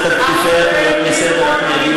כבר נושאת על כתפיה שתי קריאות לסדר.